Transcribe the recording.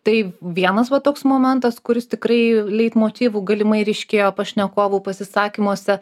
tai vienas va toks momentas kuris tikrai leitmotyvų galimai ryškėjo pašnekovų pasisakymuose